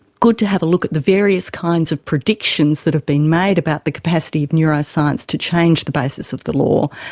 good to have a look at the various kinds of predictions that have been made about the capacity of neuroscience to change the basis of the law,